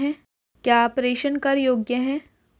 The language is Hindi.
क्या प्रेषण कर योग्य हैं?